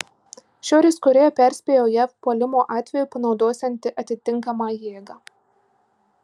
šiaurės korėja perspėjo jav puolimo atveju panaudosianti atitinkamą jėgą